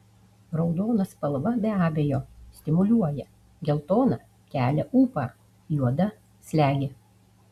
raudona spalva be abejo stimuliuoja geltona kelia ūpą juoda slegia